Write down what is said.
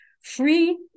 free